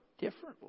differently